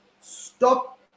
stop